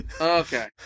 Okay